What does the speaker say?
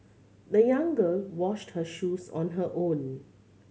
the young girl washed her shoes on her own